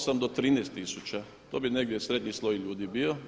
Osam do 13 tisuća, to bi negdje srednji sloj ljudi bio.